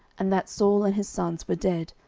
and that saul and his sons were dead,